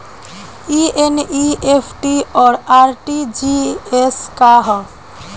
ई एन.ई.एफ.टी और आर.टी.जी.एस का ह?